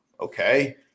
Okay